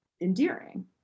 endearing